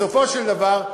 בסופו של דבר,